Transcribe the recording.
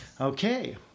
Okay